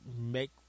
make